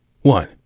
One